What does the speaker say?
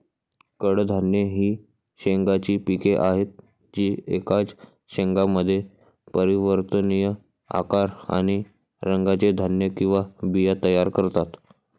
कडधान्ये ही शेंगांची पिके आहेत जी एकाच शेंगामध्ये परिवर्तनीय आकार आणि रंगाचे धान्य किंवा बिया तयार करतात